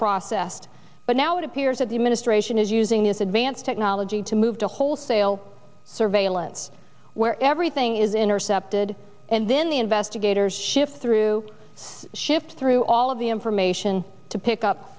processed but now it appears that the administration is using this advanced technology to move to wholesale surveillance where everything is intercepted and then the investigators shift through shift through all of the information to pick up